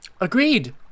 Agreed